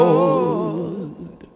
Lord